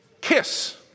Kiss